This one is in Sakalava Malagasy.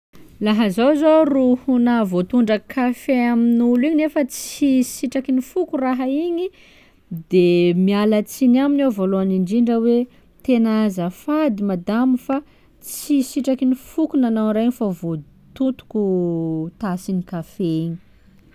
Laha zaho zô ro ho nahavoatondra kafe amin'olo igny nefa tsy sitraky ny foko raha igny, de miala tsiny aminy aho vôlohany indrindra hoe: tena azafady madamo fa tsy sitraky ny foko nanao regny fa voatotoko tasin'ny kafe igny.